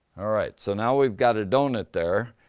alright, so now we've got a donut there,